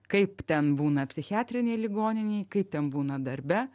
kaip ten būna psichiatrinėj ligoninėj kaip ten būna darbe